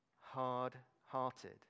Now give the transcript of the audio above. hard-hearted